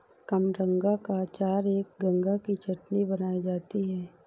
कबरंगा का अचार और गंगा की चटनी बनाई जाती है